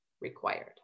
required